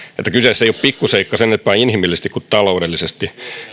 että kyseessä ei ole pikkuseikka sen enempää inhimillisesti kuin taloudellisesti